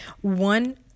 One